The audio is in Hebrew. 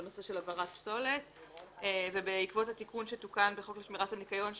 בנושא של הבערת פסולת ובעקבות התיקון שתוקן בחופש שמירת הניקיון,